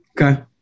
Okay